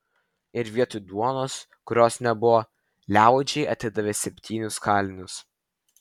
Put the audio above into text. ir vietoj duonos kurios nebuvo liaudžiai atidavė septynis kalinius